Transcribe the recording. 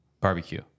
barbecue